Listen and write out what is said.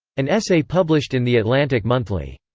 an essay published in the atlantic monthly.